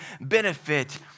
benefit